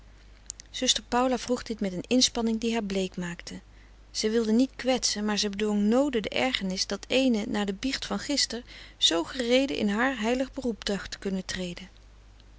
zuster paula vroeg dit met een inspanning die haar bleek maakte zij wilde niet kwetsen maar zij bedwong noode de ergernis dat eene na de biecht van gister zoo gereede in haar heilig beroep dacht te kunnen treden